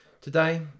today